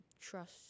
trust